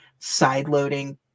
sideloading